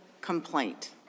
complaint